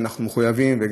ואנחנו מחויבים.